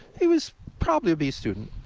he was probably a b student,